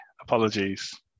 apologies